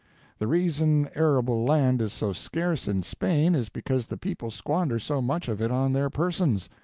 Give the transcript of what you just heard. the reason arable land is so scarce in spain is because the people squander so much of it on their persons,